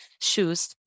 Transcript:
shoes